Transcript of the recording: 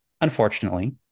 Unfortunately